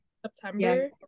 september